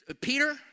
Peter